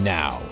now